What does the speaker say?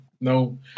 no